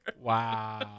Wow